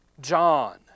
John